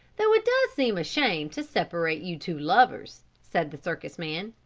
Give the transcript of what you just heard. though it does seem a shame to separate you two lovers, said the circus-man.